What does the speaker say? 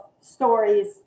stories